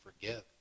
forgive